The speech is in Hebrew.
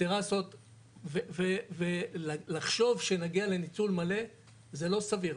טרסות ולחשוב שנגיע לניצול מלא זה לא סביר,